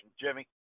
Jimmy